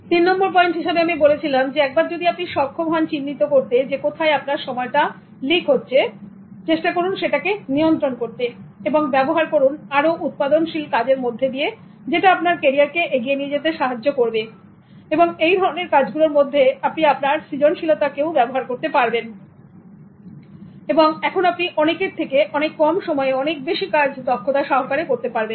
এবং তিন নম্বর পয়েন্ট হিসাবে আমি বলেছিলাম একবার যদি আপনি সক্ষম হন চিহ্নিত করতে কোথায় আপনার সময়টা লিখছে লিক হচ্ছে চেষ্টা করুন সেটাকে নিয়ন্ত্রণ করতে এবং ব্যবহার করুন আরও উৎপাদনশীলতার মধ্যে দিয়ে যেটা আপনার ক্যারিয়ার কে এগিয়ে নিয়ে যেতে সাহায্য করবে এবং এই ধরনের কাজগুলোর মধ্যে আপনি আপনার সৃজনশীলতা কেও ব্যবহার করতে পারবেন এখন আপনি অনেকের থেকে অনেক কম সময়ে অনেক বেশি কাজ দক্ষতা সহকারে করতে পারবেন